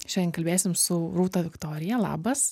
šiandien kalbėsim su rūta viktorija labas